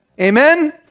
Amen